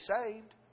saved